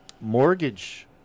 mortgage